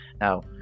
Now